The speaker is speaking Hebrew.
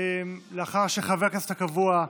לאחר שיושב-ראש הכנסת הקבוע,